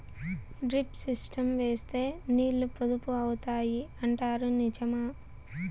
Drip system వేస్తే నీళ్లు పొదుపు అవుతాయి అంటారు నిజమా?